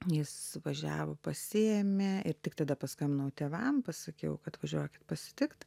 jis važiavo pasiėmė ir tik tada paskambinau tėvams pasakiau kad važiuokit pasitikt